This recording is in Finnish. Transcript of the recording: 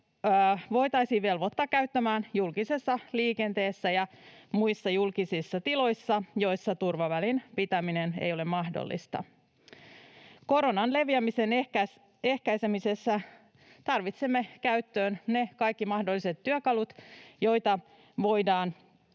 voitaisiin velvoittaa käyttämään julkisessa liikenteessä ja muissa julkisissa tiloissa, joissa turvavälin pitäminen ei ole mahdollista. Koronan leviämisen ehkäisemisessä tarvitsemme käyttöön kaikki mahdolliset työkalut, joita voidaan